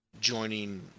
joining